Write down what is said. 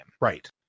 Right